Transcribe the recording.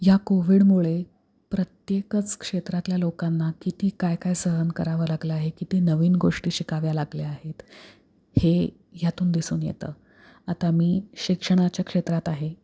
या कोविडमुळे प्रत्येकच क्षेत्रातल्या लोकांना किती काय काय सहन करावं लागलं आहे किती नवीन गोष्टी शिकाव्या लागल्या आहेत हे ह्यातून दिसून येतं आता मी शिक्षणाच्या क्षेत्रात आहे